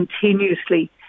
continuously